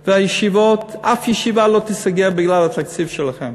והישיבות, אף ישיבה לא תיסגר בגלל התקציב שלכם.